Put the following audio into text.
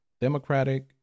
Democratic